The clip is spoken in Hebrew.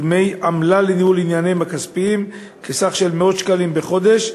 דמי עמלה לניהול ענייניהן הכספיים בסך של מאות שקלים בחודש,